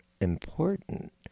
important